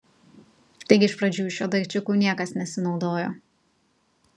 taigi iš pradžių šiuo daikčiuku niekas nesinaudojo